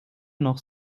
noch